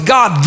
God